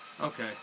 Okay